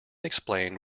explained